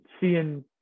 seeing